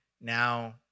now